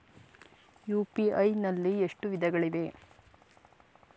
UPI ನಲ್ಲಿ ಎಷ್ಟು ವಿಧಗಳಿವೆ?